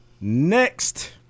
Next